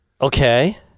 Okay